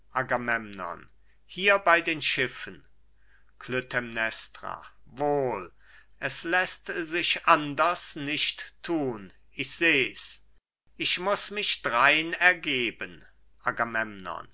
wohl es läßt sich anders nicht thun ich seh's ich muß mich drein ergeben